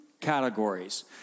categories